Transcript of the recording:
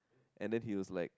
and then he was like